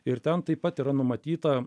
ir ten taip pat yra numatyta